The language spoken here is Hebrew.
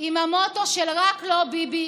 עם המוטו של "רק לא ביבי".